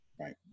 Right